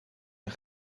een